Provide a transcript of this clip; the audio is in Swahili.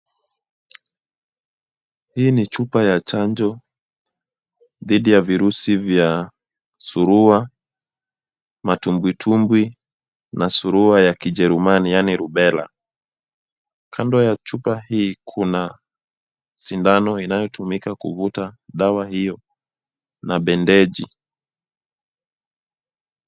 Hii ni chupa ya chanjo dhidi ya virusi vya Surua, Matumbwi tumbwi na Surua ya Kijerusani yaani Rubela. Kando ya chupa hii kuna sindano inayotumika kuvuta dawa hiyo na bendeji.